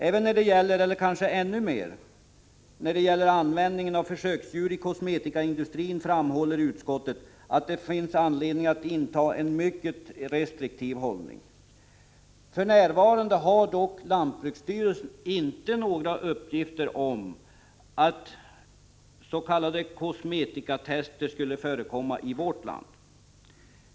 Äveneller kanske ännu mer — när det gäller användningen av försöksdjur i kosmetikaindustrin framhåller utskottet att det finns anledning att inta en mycket restriktiv hållning. För närvarande har dock lantbruksstyrelsen inte några uppgifter om att s.k. kosmetikatester skulle förekomma i vårt land.